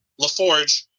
LaForge